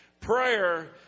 prayer